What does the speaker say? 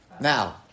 Now